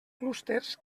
clústers